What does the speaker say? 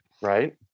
Right